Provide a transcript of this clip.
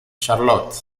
charlotte